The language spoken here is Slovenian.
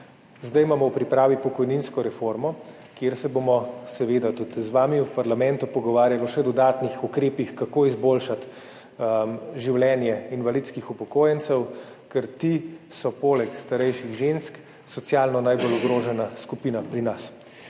Zdaj imamo v pripravi pokojninsko reformo, kjer se bomo seveda tudi z vami v parlamentu pogovarjali o še dodatnih ukrepih, kako izboljšati življenje invalidskih upokojencev, ker so ti poleg starejših žensk socialno najbolj ogrožena skupina pri nas.